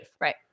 Right